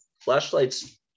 flashlights